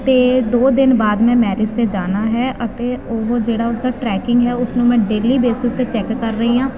ਅਤੇ ਦੋ ਦਿਨ ਬਾਅਦ ਮੈਂ ਮੈਰਿਜ 'ਤੇ ਜਾਣਾ ਹੈ ਅਤੇ ਉਹ ਜਿਹੜਾ ਉਸਦਾ ਟਰੈਕਿੰਗ ਹੈ ਉਸ ਨੂੰ ਮੈਂ ਡੇਲੀ ਬੇਸਿਸ 'ਤੇ ਚੈੱਕ ਕਰ ਰਹੀ ਹਾਂ